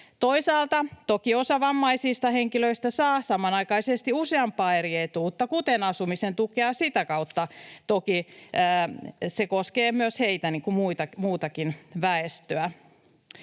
Toisaalta toki osa vammaisista henkilöistä saa samanaikaisesti useampaa eri etuutta, kuten asumisen tukea. Sitä kautta se toki koskee myös heitä, niin kuin muutakin väestöä.